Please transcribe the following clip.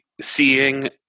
seeing